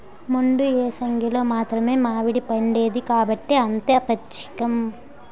మండు ఏసంగిలో మాత్రమే మావిడిపండేది కాబట్టే అంత పచ్చేకం